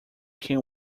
can